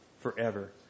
forever